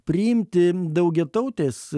priimti daugiatautės